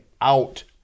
out